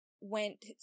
went